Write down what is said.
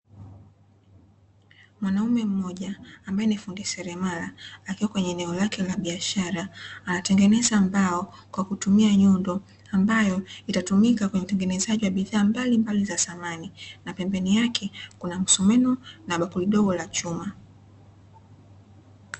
Mwanaume mmoja ambae ni fundi seremala, akiwa kwenye eneo lake la biashara, anatengeneza mbao kwa kutumia nyundo ambayo itatumika kwenye utengenezaji wa bidhaa mbalimbali za samani, na pembeni yake kuna msumeno na bakuri dogo la chuma.